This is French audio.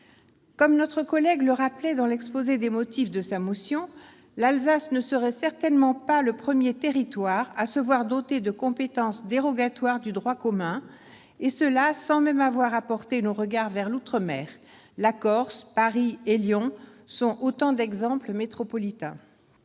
Comme notre collègue le rappelle dans l'objet de sa motion, l'Alsace ne serait certainement pas le premier territoire à se voir doter de compétences dérogatoires du droit commun. Sans même avoir à porter nos regards vers l'outre-mer, la Corse, Paris et Lyon sont autant d'exemples métropolitains